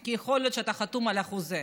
כי יכול להיות שאתה חתום על חוזה.